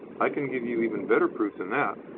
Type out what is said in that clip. i can give you even better proof than that.